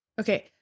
Okay